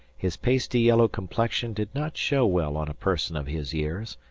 his pasty yellow complexion did not show well on a person of his years,